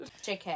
JK